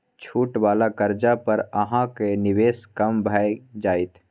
छूट वला कर्जा पर अहाँक निवेश कम भए जाएत